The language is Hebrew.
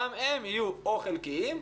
גם הם יהיו או חלקיים,